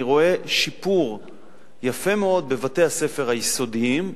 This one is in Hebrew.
אני רואה שיפור יפה מאוד בבתי-הספר היסודיים,